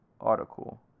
article